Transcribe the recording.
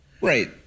Right